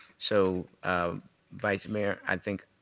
so vice mayor, i think